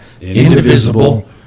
indivisible